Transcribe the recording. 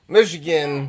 Michigan